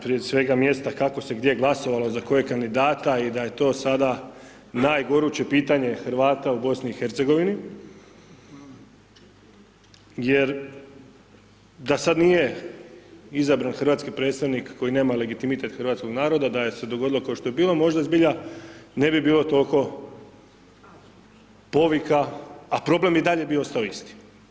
Prije svega, mjesta kako se gdje glasovalo, za kojeg kandidata i da je to sada najgoruće pitanje Hrvata u Bosni i Hercegovini jer da sada nije izabran hrvatski predstavnik koji nema legitimitet hrvatskoga naroda da se dogodilo kao što je bilo, možda zbilja ne bi bilo toliko povika, a problem bi i dalje bio ostao isti.